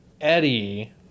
eddie